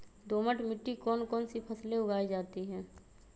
दोमट मिट्टी कौन कौन सी फसलें उगाई जाती है?